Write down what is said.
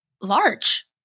large